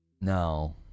No